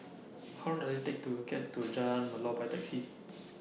How Long Does IT Take to get to Jalan Melor By Taxi